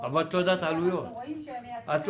האם התמלוגים לטובת הקרן הזאת הם מרווחים מאזניים?